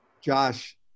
Josh